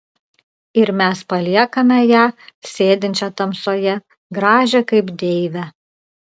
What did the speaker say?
ir mes paliekame ją sėdinčią tamsoje gražią kaip deivę